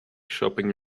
shopping